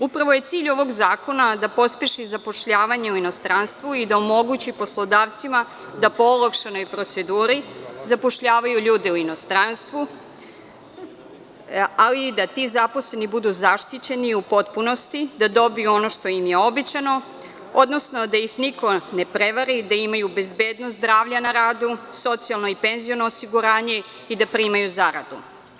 Upravo je cilj ovog zakona da pospeši zapošljavanje u inostranstvu i da omogući poslodavcima da po olakšanoj proceduri zapošljavaju ljude u inostranstvu, ali i da ti zaposleni budu u potpunosti zaštićeni, da dobiju ono što im je obećano, odnosno da ih niko ne prevari, da imaju bezbednost i zdravlje na radu, socijalno i penziono osiguranje i da primaju zaradu.